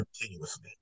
continuously